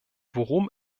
worum